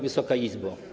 Wysoka Izbo!